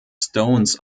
stones